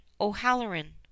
o'halloran